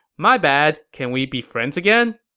my bad. can we be friends again?